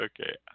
Okay